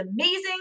amazing